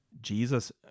Jesus